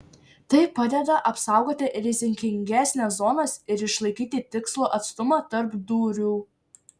tai padeda apsaugoti rizikingesnes zonas ir išlaikyti tikslų atstumą tarp dūrių